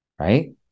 Right